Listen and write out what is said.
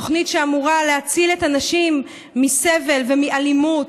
התוכנית שאמורה להציל את הנשים מסבל ומאלימות.